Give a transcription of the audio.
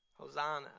Hosanna